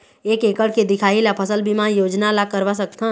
एक एकड़ के दिखाही ला फसल बीमा योजना ला करवा सकथन?